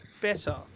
better